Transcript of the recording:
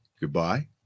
goodbye